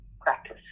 practice